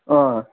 अँ